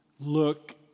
look